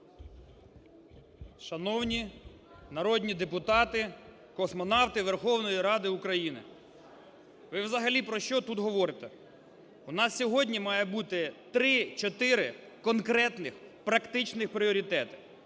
Шановні народні депутати, "космонавти" Верховної Ради України, ви взагалі про що тут говорите? У нас сьогодні має бути 3-4 конкретних практичних пріоритетів.